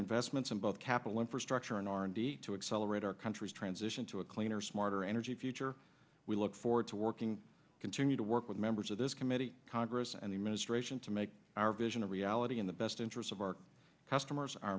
investments in both capital infrastructure and r and d to accelerate our country's transition to a cleaner smarter energy future we look forward to working continue to work with members of this committee congress and the ministration to make our vision a reality in the best interest of our customers